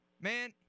man